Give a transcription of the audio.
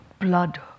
blood